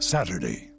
Saturday